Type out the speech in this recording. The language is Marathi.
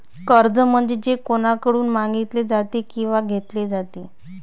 कर्ज म्हणजे जे कोणाकडून मागितले जाते किंवा घेतले जाते